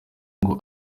ngo